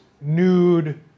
nude